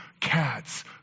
cats